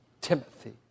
Timothy